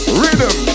rhythm